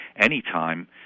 anytime